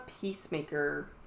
peacemaker